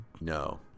no